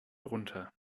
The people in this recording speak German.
runter